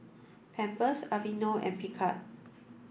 Pampers Aveeno and Picard